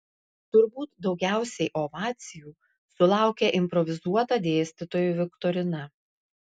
turbūt daugiausiai ovacijų sulaukė improvizuota dėstytojų viktorina